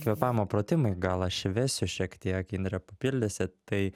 kvėpavimo pratimai gal aš įvesiu šiek tiek indre papildysi tai